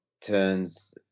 turns